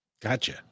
Gotcha